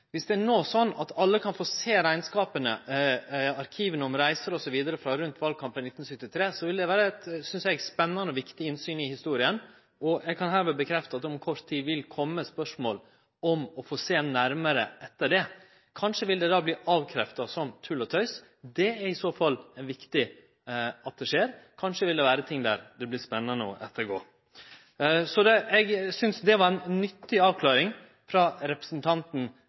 Viss det no er slik at alle kan få sjå rekneskapa, arkiva om reiser osv. frå tida rundt valkampen i 1973, ville det vere eit spennande og viktig innsyn i historia. Eg kan med dette stadfeste at om kort tid vil det kome spørsmål om å få sjå nærare på dette. Kanskje vil det då verte avkrefta som tull og tøys. I så fall er det viktig at det skjer. Kanskje vil det vere ting som er spennande å sjå på. Eg synest dette var ei nyttig avklaring frå representanten